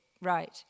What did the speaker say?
right